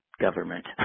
government